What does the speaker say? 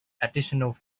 additional